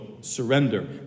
surrender